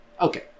Okay